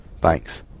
Thanks